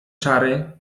czary